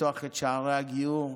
לפתוח את שערי הגיור,